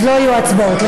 אז לא יהיו הצבעות.